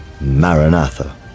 Maranatha